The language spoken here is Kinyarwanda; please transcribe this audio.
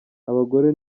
abagore